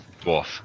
dwarf